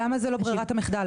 למה זה לא ברירת המחדל?